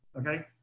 okay